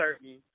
certain